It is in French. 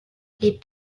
les